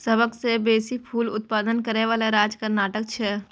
सबसं बेसी फूल उत्पादन करै बला राज्य कर्नाटक छै